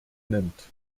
nimmt